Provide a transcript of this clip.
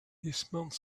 dismounted